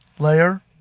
layer,